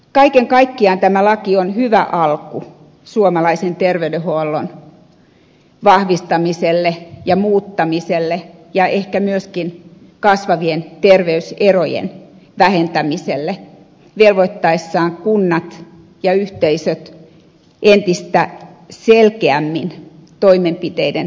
kaiken kaikkiaan tämä laki on hyvä alku suomalaisen terveydenhuollon vahvistamiselle ja muuttamiselle ja ehkä myöskin kasvavien terveyserojen vähentämiselle kun se velvoittaa kunnat ja yhteisöt entistä selkeämmin toteuttamaan toimenpiteitä